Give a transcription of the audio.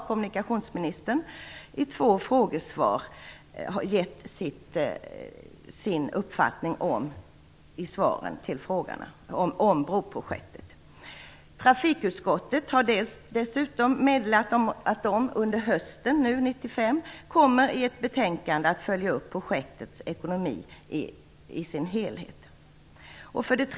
Kommunikationsministern har vidare i två frågesvar gett sin uppfattning om broprojektet. Trafikutskottet har dessutom meddelat att man under hösten 1995 i ett betänkande kommer att följa upp projektets ekonomi i sin helhet.